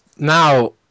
Now